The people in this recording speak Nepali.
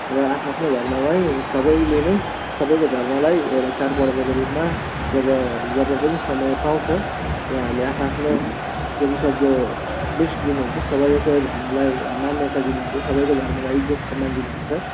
र आफ्नो आफ्नो धर्मलाई सबैले नै सबैको धर्मलाई एउटा चाँडपर्वको रूपमा जब जब पनि समय पाउँछ वहाँहरूले आफ्नो आफ्नो जतिसक्दो बेस्ट दिनुहुन्छ सबैको धर्मलाई मान्यता दिनुहुन्छ सबैको धर्मलाई इज्जत सम्मान दिनुहुन्छ